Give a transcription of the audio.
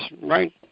right